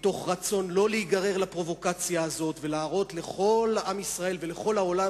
מתוך רצון שלא להיגרר לפרובוקציה הזאת ולהראות לכל עם ישראל ולכל העולם,